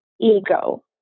ego